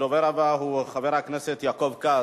הדובר הבא הוא חבר הכנסת יעקב כץ.